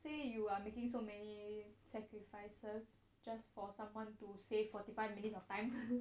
say you are making so many sacrifices just for someone to save forty five minutes of time